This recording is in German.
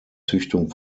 züchtung